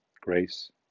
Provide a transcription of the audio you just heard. Grace